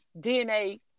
DNA